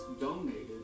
donated